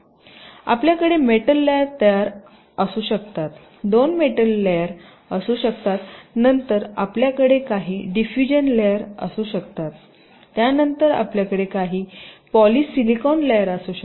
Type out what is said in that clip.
आपल्याकडे metal layer असू शकतात दोन मेटल लेयर असू शकतात नंतर आपल्याकडे काही डीफुजन लेयर असू शकतात त्यानंतर आपल्याकडे काही पॉलिसिलिकॉन लेयर असू शकतात